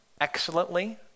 excellently